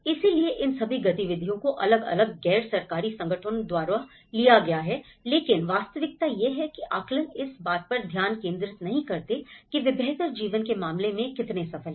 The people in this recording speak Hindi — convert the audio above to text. इसलिए इन सभी गतिविधियों को अलग अलग गैर सरकारी संगठनों द्वारा लिया गया है लेकिन वास्तविकता यह है कि आकलन इस बात पर ध्यान केंद्रित नहीं करते हैं कि वे बेहतर जीवन के मामले में कितने सफल हैं